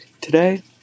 today